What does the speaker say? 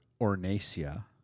Ornacia